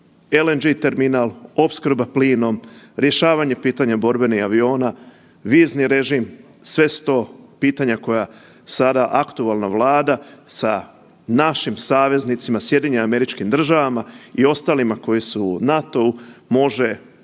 LNG terminal, opskrba plinom, rješavanje pitanja borbenih aviona, vizni režim, sve su to pitanja koja sada aktualna Vlada sa našim saveznicima, SAD-om i ostalima koji su u NATO-u može